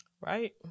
Right